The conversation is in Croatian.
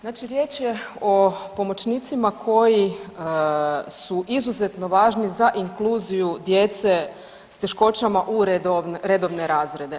Znači riječ je o pomoćnicima koji su izuzetno važni za inkluziju djece s teškoćama u redovne razrede.